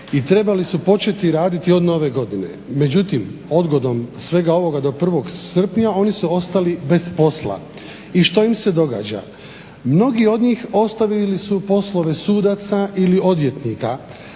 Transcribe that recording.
i trebali su početi raditi od nove godine, međutim odgodom svega ovoga do 1. sprnja oni su ostali bez posla. I što im se događa? Mnogi od njih ostavili su poslove sudaca ili odvjetnika,